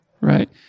right